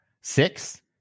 Six